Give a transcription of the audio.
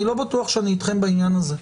אני לא בטוח שאני איתכם בעניין הזה.